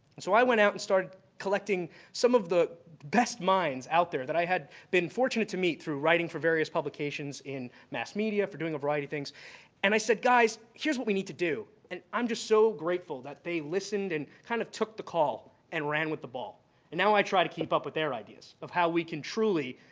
and so i went out and started collecting some of the best minds out there that i had been fortunate to meet through writing for various publications in mass media for doing a variety of things and i said, guys, here's what we need to do. and i'm just so grateful that they listened and kind of took the call and ran with the ball and now i try to keep up with their ideas of how we can truly,